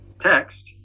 text